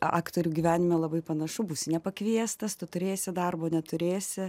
aktorių gyvenime labai panašu būsi nepakviestas tu turėsi darbo neturėsi